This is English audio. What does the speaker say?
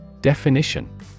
Definition